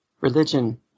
religion